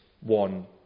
one